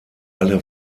alle